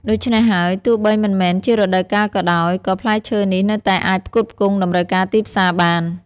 ដូច្នេះហើយ ទោះបីមិនមែនជារដូវកាលក៏ដោយ ក៏ផ្លែឈើនេះនៅតែអាចផ្គត់ផ្គង់តម្រូវការទីផ្សារបាន។